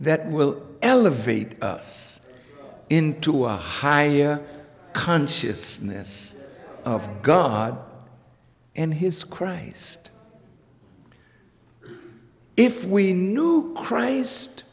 that will elevate us into our higher consciousness of god and his christ if we knew christ